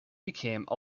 became